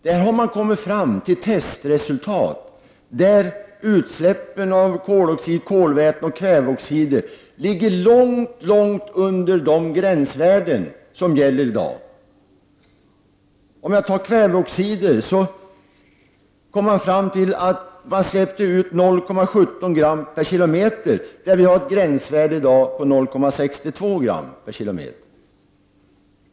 Man har kommit fram till testresultat där utsläppen av koloxid, kolväte och kväveoxider ligger långt under de gränsvärden som gäller i dag. Av kväveoxider släpptes ut 0,17 gram/km, där gränsvärdet är 0,62.